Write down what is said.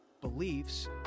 beliefs